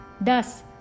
Thus